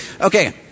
Okay